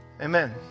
Amen